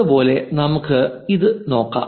അതുപോലെ നമുക്ക് ഇത് നോക്കാം